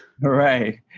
Right